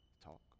talk